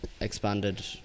expanded